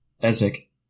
Ezek